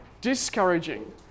discouraging